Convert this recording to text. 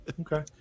Okay